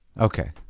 Okay